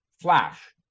Flash